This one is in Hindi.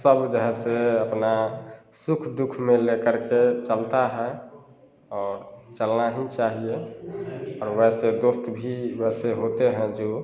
सब जो है सो अपना सुख दुख में लेकर के चलता है और चलना ही चाहिए और वैसे दोस्त भी वैसे होते हैं जो